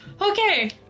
okay